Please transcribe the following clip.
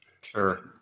Sure